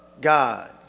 God